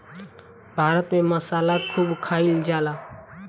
भारत में मसाला खूब खाइल जाला